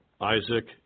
Isaac